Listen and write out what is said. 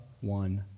one